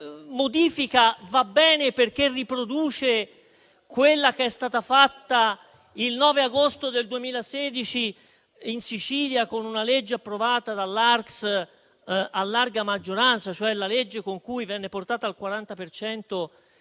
modifica va bene perché riproduce quella che è stata fatta il 9 agosto 2016 in Sicilia, con una legge approvata dall'Assemblea Regionale Siciliana a larga maggioranza, cioè la legge con cui venne portata al 40